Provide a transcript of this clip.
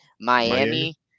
Miami